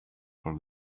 for